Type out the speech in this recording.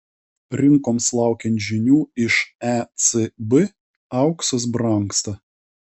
rinkoms laukiant žinių iš ecb auksas brangsta